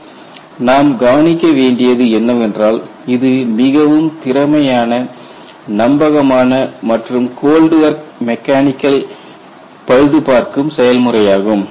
இங்கு நாம் கவனிக்க வேண்டியது என்னவென்றால் இது மிகவும் திறமையான நம்பகமான மற்றும் கோல்ட் வொர்க் மெக்கானிக்கல் பழுதுபார்க்கும் செயல்முறையாகும்